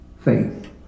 Faith